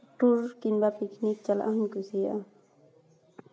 tour ᱠᱤᱢᱵᱟ picnic ᱪᱟᱞᱟᱜ ᱦᱚᱸᱧ ᱠᱩᱥᱤᱭᱟᱜᱼᱟ